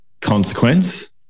consequence